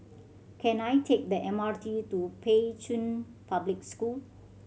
can I take the M R T to Pei Chun Public School